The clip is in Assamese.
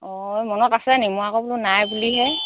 অঁ এই মনত আছে নি মই আকৌ বোলো নাই বুলিহে